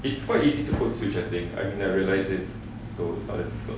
it's quite easy to code switch I think I've never realise it so it's not that difficult